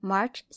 March